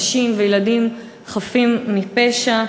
נשים וילדים חפים מפשע.